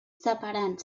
separant